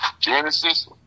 Genesis